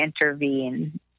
intervene